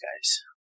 guys